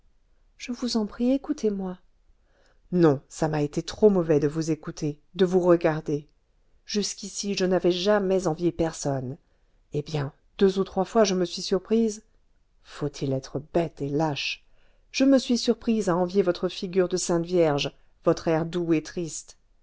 je vous en prie écoutez-moi non ça m'a été trop mauvais de vous écouter de vous regarder jusqu'ici je n'avais jamais envié personne eh bien deux ou trois fois je me suis surprise faut-il être bête et lâche je me suis surprise à envier votre figure de sainte vierge votre air doux et triste